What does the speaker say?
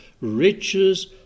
riches